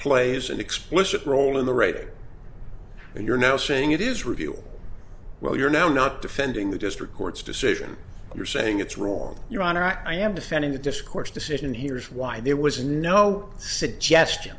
plays an explicit role in the rating and you're now saying it is review well you're now not defending the district court's decision you're saying it's wrong your honor i am defending the discourse decision here is why there was no suggest